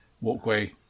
walkway